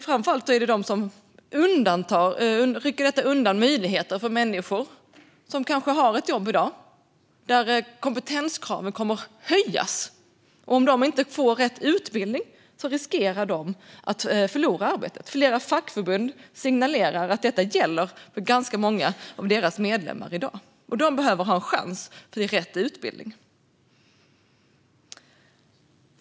Framför allt rycker detta undan mattan för människor som i dag kanske har ett jobb där kompetenskraven kommer att höjas. Om de inte får rätt utbildning riskerar de att förlora arbetet. Flera fackförbund signalerar att detta gäller för ganska många av deras medlemmar i dag och att de behöver få en chans till rätt utbildning.